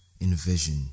envision